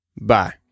Bye